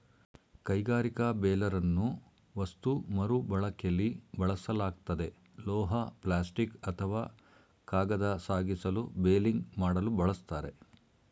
ಕೈಗಾರಿಕಾ ಬೇಲರನ್ನು ವಸ್ತು ಮರುಬಳಕೆಲಿ ಬಳಸಲಾಗ್ತದೆ ಲೋಹ ಪ್ಲಾಸ್ಟಿಕ್ ಅಥವಾ ಕಾಗದ ಸಾಗಿಸಲು ಬೇಲಿಂಗ್ ಮಾಡಲು ಬಳಸ್ತಾರೆ